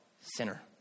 sinner